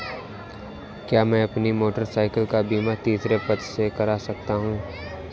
क्या मैं अपनी मोटरसाइकिल का बीमा तीसरे पक्ष से करा सकता हूँ?